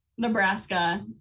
Nebraska